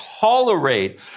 tolerate